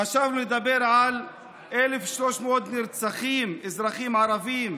חשבנו לדבר על 1,300 נרצחים אזרחים ערבים